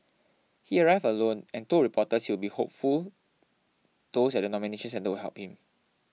he arrived alone and told reporters he will be hopeful those at the nomination centre would help him